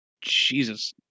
Jesus